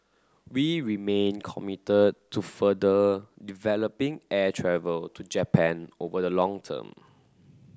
we remain committed to further developing air travel to Japan over the long term